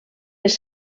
les